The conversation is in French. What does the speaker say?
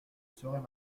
saurait